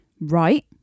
Right